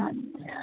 अछा